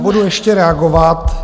Budu ještě reagovat.